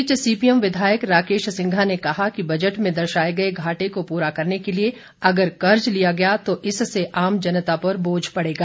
इस बीच सीपीएम विधायक राकेश सिंघा ने कहा कि बजट में दर्शाए गए घाटे को पूरा करने के लिए अगर कर्ज लिया गया तो इससे आम जनता पर बोझ पड़ेगा